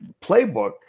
playbook